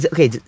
Okay